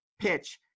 PITCH